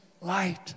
light